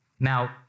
Now